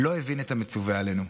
לא הבין את המצווה עלינו.